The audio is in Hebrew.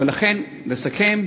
ולכן, לסכם,